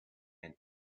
and